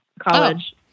college